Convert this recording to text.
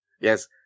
Yes